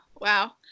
wow